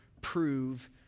prove